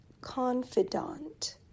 confidant